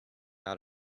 out